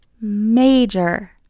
major